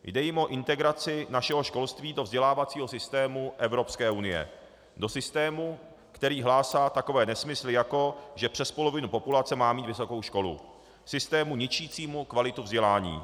Jde jim o integraci našeho školství do vzdělávacího systému Evropské unie, do systému, který hlásá takové nesmysly, jako že přes polovina populace má mít vysokou školu, systému ničícímu kvalitu vzdělání.